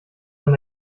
wenn